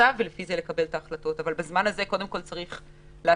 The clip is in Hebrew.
כרגע, כשעוד לא יודעים, צריך קודם כול לעצור.